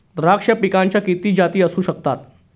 द्राक्ष या पिकाच्या किती जाती असू शकतात?